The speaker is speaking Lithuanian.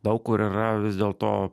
daug kur yra vis dėlto